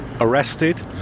arrested